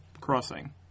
crossing